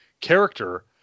character